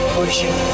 pushing